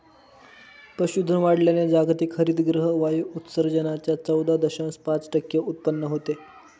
पशुधन वाढवल्याने जागतिक हरितगृह वायू उत्सर्जनाच्या चौदा दशांश पाच टक्के उत्पन्न होते